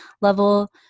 level